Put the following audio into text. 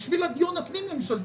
בשביל הדיון הפנים-ממשלתי.